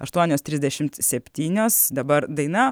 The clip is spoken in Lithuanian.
aštuonios trisdešimt septynios dabar daina